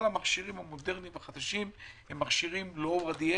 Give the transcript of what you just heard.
המכשירים החדשים הם מכשירים לא רדיולוגיים.